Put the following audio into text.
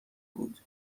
بود